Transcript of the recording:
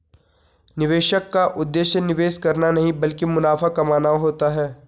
निवेशक का उद्देश्य निवेश करना नहीं ब्लकि मुनाफा कमाना होता है